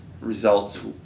results